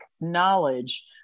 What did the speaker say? knowledge